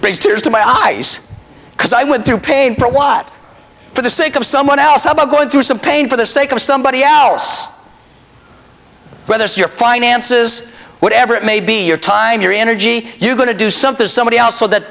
brings tears to my eyes because i went through pain for what for the sake of someone else about going through some pain for the sake of somebody our house whether your finances whatever it may be your time your energy you going to do something or somebody else so that